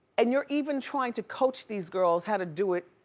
and you're even trying to coach these girls how to do it.